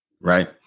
right